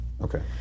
Okay